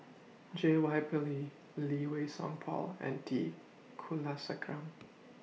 J Y Pillay Lee Wei Song Paul and T Kulasekaram